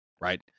Right